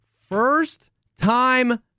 first-time